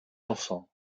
enfants